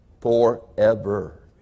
forever